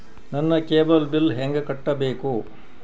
ನನ್ನ cable bill ಹೆಂಗ ಕಟ್ಟಬೇಕು?